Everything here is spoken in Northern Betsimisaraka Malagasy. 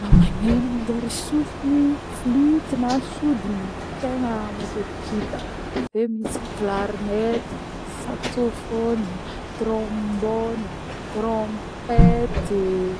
Raha magneno manjary sofigny: flutte na sodigna tegna matetiky hita, eo misy klarinety, misy saksofone, trombone, trompette.